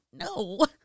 no